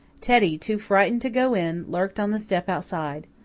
teddy, too frightened to go in, lurked on the step outside.